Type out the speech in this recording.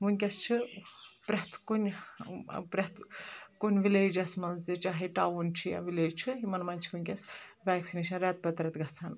ونۍکیس چھُ پرٮ۪تھ کُنہِ پرٮ۪تھ کُنہِ ولیجس منٛز تہِ چاہے ٹاوُن چھُ یا وِلیج چھُ یِمن منٛز چھِ ونۍکیس ویکسِنیشن رٮ۪تہٕ پتہٕ رٮ۪تہٕ گژھان